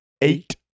Eight